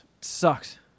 Sucks